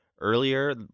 earlier